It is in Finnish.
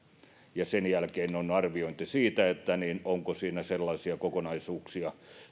sen jälkeen on arviointi siitä onko siinä sellaisia kokonaisuuksia